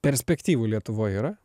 perspektyvų lietuvoj yra